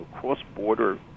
cross-border